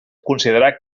considerar